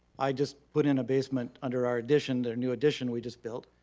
i just put in a basement under our addition, the new addition we just built.